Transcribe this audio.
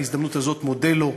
בהזדמנות הזאת מודה לו,